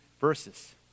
verses